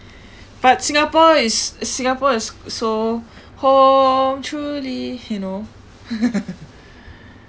but singapore is singapore is so home truly you know